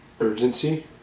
Urgency